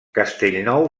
castellnou